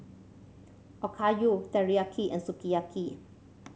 Okayu Teriyaki and Sukiyaki